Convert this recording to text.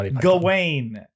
Gawain